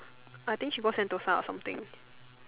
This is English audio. I think she go Sentosa or something